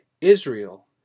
Israel